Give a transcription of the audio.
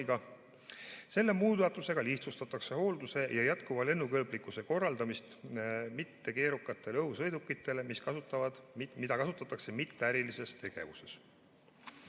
Selle muudatusega lihtsustatakse hoolduse ja jätkuva lennukõlblikkuse korraldamist mittekeerukate õhusõidukite puhul, mida kasutatakse mitteärilises lennutegevuses.